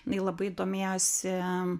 jinai labai domėjosi